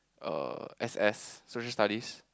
err S_S Social Studies